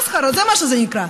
מסחרה, זה מה שזה נקרא.